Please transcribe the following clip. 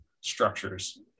structures